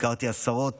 ביקרתי עשרות